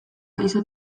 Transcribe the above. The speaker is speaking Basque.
gaixo